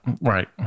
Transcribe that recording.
right